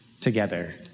together